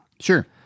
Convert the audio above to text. Sure